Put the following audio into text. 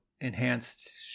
enhanced